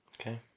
Okay